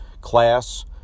class